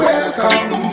Welcome